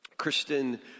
Kristen